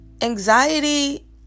anxiety